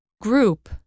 Group